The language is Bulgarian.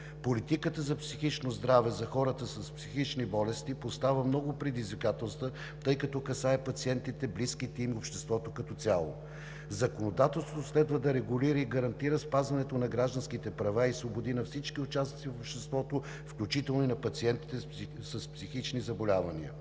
Политиката за психично здраве за хората с психични болести поставя много предизвикателства, тъй като касае пациентите, близките им и обществото като цяло. Законодателството следва да регулира и гарантира спазването на гражданските права и свободи на всички участници в обществото, включително и на пациентите с психични заболявания.